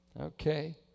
Okay